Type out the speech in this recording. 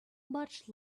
much